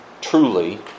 truly